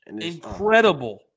Incredible